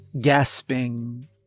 gasping